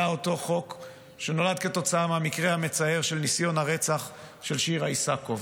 היה אותו חוק שנולד כתוצאה מהמקרה המצער של ניסיון הרצח של שירה איסקוב,